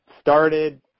started